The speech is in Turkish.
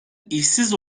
işsiz